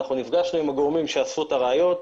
נפגשנו עם הגורמים שאספו את הראיות,